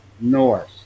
north